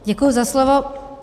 Děkuji za slovo.